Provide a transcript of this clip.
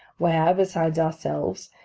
where, besides ourselves,